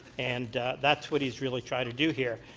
and that's what he's really trying to do here.